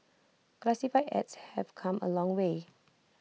classified ads have come A long way